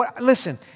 Listen